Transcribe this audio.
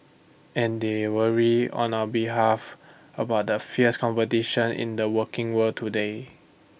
and they worry on A behalf about the fierce competition in the working world today